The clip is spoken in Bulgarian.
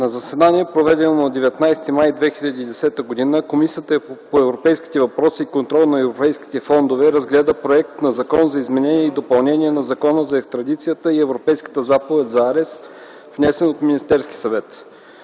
На заседание, проведено на 19 май 2010 г., Комисията по европейските въпроси и контрол на европейските фондове разгледа Законопроекта за изменение и допълнение на Закона за екстрадицията и Европейската заповед за арест, внесен от Министерския съвет.